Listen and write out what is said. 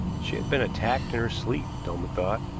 she had been attacked in her sleep, dolman thought,